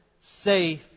safe